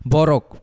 Borok